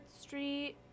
Street